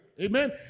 Amen